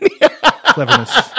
Cleverness